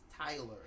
Tyler